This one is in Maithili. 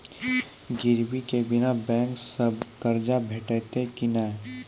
गिरवी के बिना बैंक सऽ कर्ज भेटतै की नै?